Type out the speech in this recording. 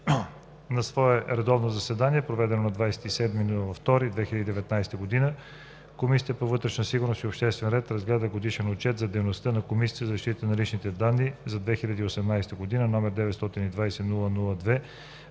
На свое редовно заседание, проведено на 27 февруари 2019 г., Комисията по вътрешна сигурност и обществен ред разгледа Годишен отчет за дейността на Комисията за защита на личните данни за 2018 г., № 920-00-2,